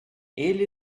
ele